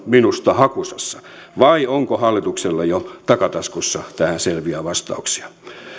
minusta hakusessa vai onko hallituksella jo takataskussa tähän selviä vastauksia